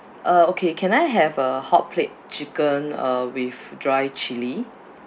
uh okay can I have a hotplate chicken uh with dry chilli